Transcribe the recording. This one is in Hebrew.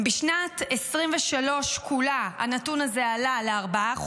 בשנת 2023 כולה הנתון הזה עלה ל-4%.